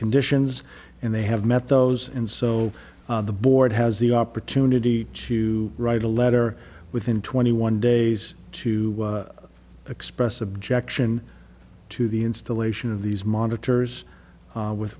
conditions and they have met those and so the board has the opportunity to write a letter within twenty one days to express objection to the installation of these monitors with